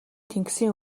тэнгисийн